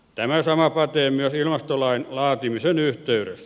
tämä sama pätee myös ilmastolain laatimisen yhteydessä